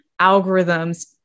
algorithms